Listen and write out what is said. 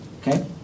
Okay